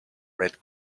red